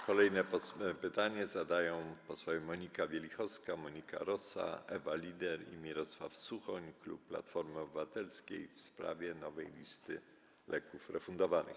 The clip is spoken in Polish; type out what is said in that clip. Kolejne pytanie zadają posłowie Monika Wielichowska, Monika Rosa, Ewa Lieder i Mirosław Suchoń, klub Platformy Obywatelskiej, w sprawie nowej listy leków refundowanych.